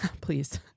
Please